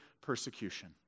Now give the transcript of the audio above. persecution